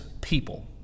people